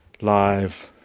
live